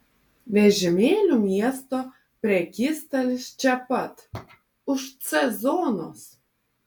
vežimėlių miesto prekystalis čia pat už c zonos